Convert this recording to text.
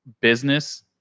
business